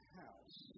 house